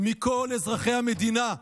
מכל אזרחי המדינה.